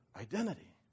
identity